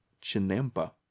chinampa